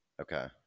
Okay